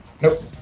Nope